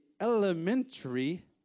elementary